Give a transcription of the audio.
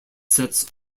sells